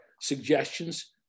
suggestions